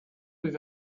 with